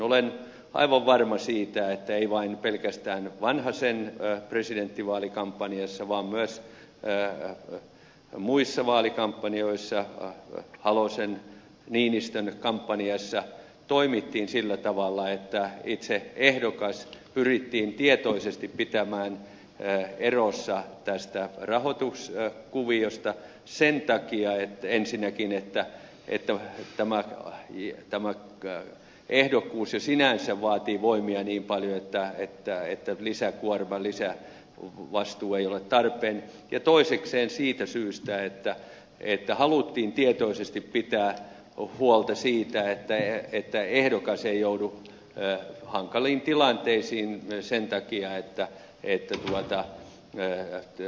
olen aivan varma siitä että ei vain pelkästään vanhasen presidentinvaalikampanjassa vaan myös muissa vaalikampanjoissa halosen niinistön kampanjoissa toimittiin sillä tavalla että itse ehdokas pyrittiin tietoisesti pitämään erossa tästä rahoituskuviosta ensinnäkin sen takia että tämä ehdokkuus jo sinänsä vaati voimia niin paljon että lisäkuorma lisävastuu ei ollut tarpeen toisekseen siitä syystä että haluttiin tietoisesti pitää huolta siitä että ehdokas ei joudu hankaliin tilanteisiin sen takia että eittämättä menehtyy